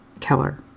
Keller